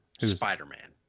Spider-Man